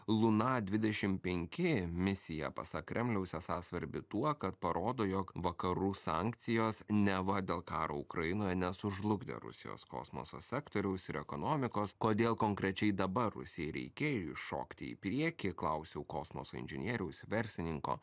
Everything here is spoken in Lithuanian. luna dvidešim penki misija pasak kremliaus esą svarbi tuo kad parodo jog vakarų sankcijos neva dėl karo ukrainoj nesužlugdė rusijos kosmoso sektoriaus ir ekonomikos kodėl konkrečiai dabar rusijai reikėjo iššokti į priekį klausiau kosmoso inžinieriaus verslininko